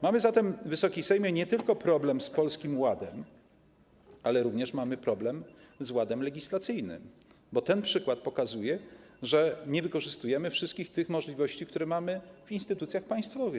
Mamy zatem, Wysoki Sejmie, nie tylko problem z Polskim Ładem, ale również mamy problem z ładem legislacyjnym, bo ten przykład pokazuje, że nie wykorzystujemy wszystkich możliwości, które mamy w instytucjach państwowych.